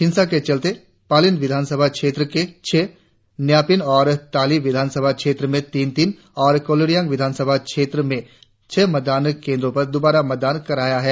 हिंसा के चलते पालिन विधानसभा क्षेत्र में छह न्यापिन और ताली विधनभा क्षेत्र में तीन तीन और कोलोरियांग विधानसभा क्षेत्र में छह मतदान केंद्रों पर दुबारा मतदान कराया है